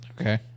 Okay